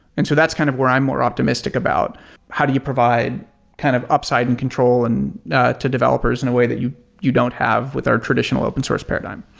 and so that's kind of where i'm more optimistic about how do you provide kind of upside and control and to developers in a way that you you don't have with our traditional open source paradigm.